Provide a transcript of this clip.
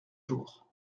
jours